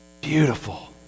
beautiful